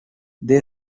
they